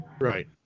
Right